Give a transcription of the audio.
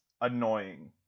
annoying